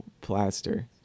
plaster